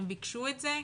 הם ביקשו את זה?